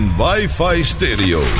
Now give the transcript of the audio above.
wifi-stereo